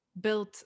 built